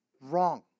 wrong